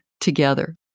together